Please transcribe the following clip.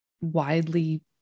widely